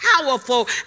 powerful